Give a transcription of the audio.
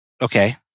Okay